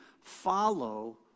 follow